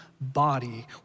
body